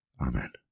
Amen